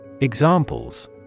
Examples